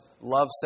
Love